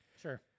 Sure